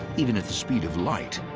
even at the speed of light,